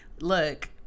look